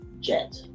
jet